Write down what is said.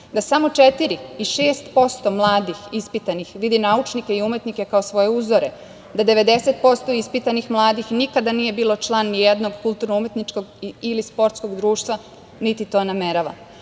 da samo 4% i 6% mladih ispitanih vidi naučnike i umetnike kao svoje uzore, da 90% ispitanih mladih nikada nije bilo član nijednog kulturno-umetničkog ili sportskog društva, niti to namerava. Moramo